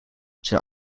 zijn